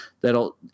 that'll